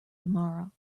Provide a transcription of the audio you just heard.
tomorrow